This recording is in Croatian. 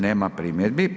Nema primjedbi.